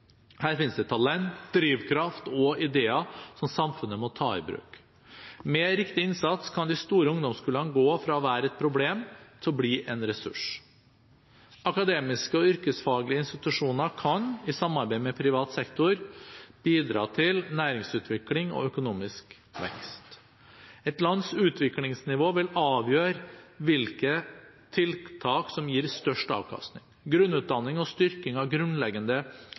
Her finnes det talent, drivkraft og ideer som samfunnet må ta i bruk. Med riktig innsats kan de store ungdomskullene gå fra å være et problem til å bli en ressurs. Akademiske og yrkesfaglige institusjoner kan, i samarbeid med privat sektor, bidra til næringsutvikling og økonomisk vekst. Et lands utviklingsnivå vil avgjøre hvilke tiltak som gir størst avkastning. Grunnutdanning og styrking av grunnleggende